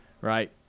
right